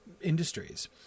industries